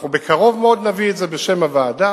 בקרוב מאוד נביא את זה בשם הוועדה.